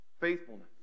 faithfulness